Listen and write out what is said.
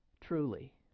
truly